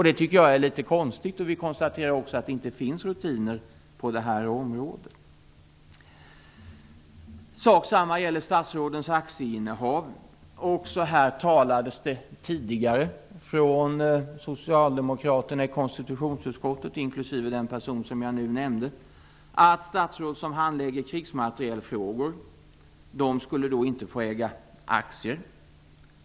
Det tycker jag är litet konstigt, och vi konstaterar också att det inte finns rutiner på detta område. Sak samma gäller statsrådens aktieinnehav. Också här talades det tidigare från socialdemokraterna i konstitutionsutskottet, inklusive den person som jag nyss nämnde, om att statsråd som handlägger krigsmaterielfrågor inte skulle få äga aktier.